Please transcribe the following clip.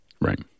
Right